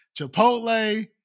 Chipotle